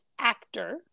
Actor